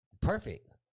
perfect